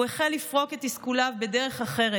הוא החל לפרוק את תסכוליו בדרך אחרת,